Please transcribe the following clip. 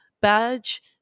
badge